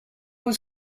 was